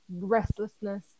restlessness